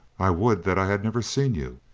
i would that i had never seen you!